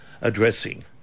addressing